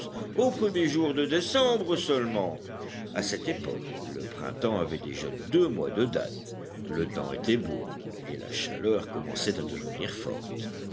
aux premiers jours de décembre seulement à cette époque le printemps avait déjà deux mois de date le temps était beau et la chaleur commençait à devenir forte